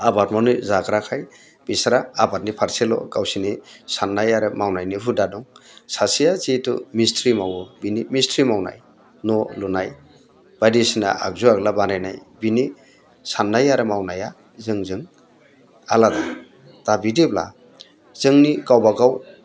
आबाद मावनो जाग्राखाय बिसोरहा आबादनि फारसेल' गावसोरनि साननाय आरो मावनायनि हुदा दं सासेया जिहैथु मिसथ्रि मावो बिनि मिसथ्रि मावनाय न' लुनाय बायदिसिना आगजु आग्ला बानायनाय बिनि साननाय आरो मावनाया जोंजों आलादा दा बिदिब्ला जोंनि गावबागाव